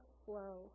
flow